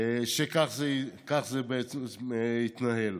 שכך זה בעצם יתנהל.